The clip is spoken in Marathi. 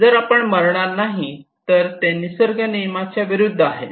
जर आपण मरणार नाही तर ते निसर्ग नियमाच्या विरुद्ध आहे